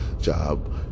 job